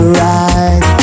right